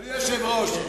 אדוני היושב-ראש,